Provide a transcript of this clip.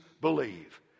believe